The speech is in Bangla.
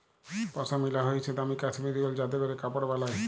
পশমিলা হইসে দামি কাশ্মীরি উল যাতে ক্যরে কাপড় বালায়